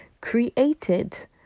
created